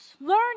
Learn